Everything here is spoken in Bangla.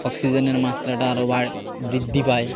অক্সিজেনের মাত্রাটা আরও বৃদ্ধি পায়